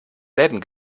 läden